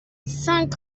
cinq